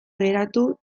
geratu